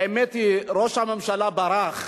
האמת היא שראש הממשלה ברח,